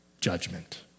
judgment